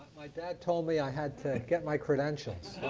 my dad told me i had to get my credentials.